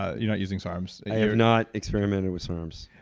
you're not using sarms. i have not experimented with sarms.